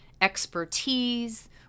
expertise